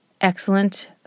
Excellent